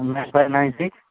nine five nine six